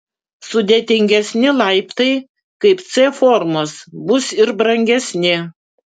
sudėtingesni laiptai kaip c formos bus ir brangesni